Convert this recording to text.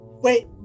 Wait